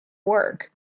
work